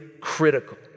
critical